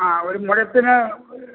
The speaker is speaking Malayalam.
ആ ഒരു മുഴത്തിന് ഒരു